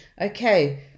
okay